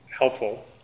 helpful